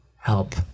help